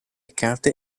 carte